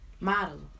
model